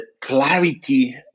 clarity